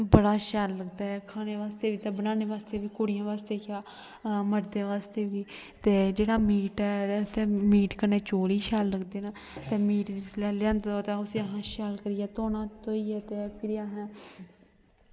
बड़ा शैल लगदा ऐ थोह्ड़ा इंया ते जनानी बास्तै बी ते कुड़ी बास्तै बी क्या मर्दें बास्तै बी ते जेह्ड़ा मीट ऐ ते मीट कन्नै चौल ई शैल लगदे न ते मीट जिसलै लेआना ते शैल करियै उसी धोना